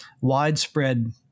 widespread